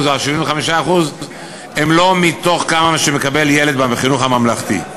או ה-75% הם לא מתוך כמה שמקבל ילד בחינוך הממלכתי,